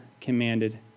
commanded